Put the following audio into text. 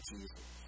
Jesus